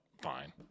fine